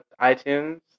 iTunes